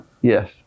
Yes